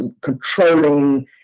controlling